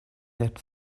that